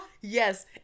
yes